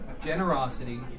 generosity